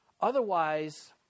Otherwise